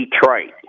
Detroit